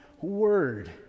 word